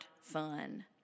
fun